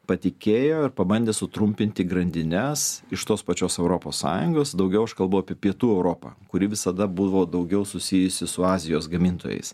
patikėjo ir pabandė sutrumpinti grandines iš tos pačios europos sąjungos daugiau aš kalbu apie pietų europą kuri visada buvo daugiau susijusi su azijos gamintojais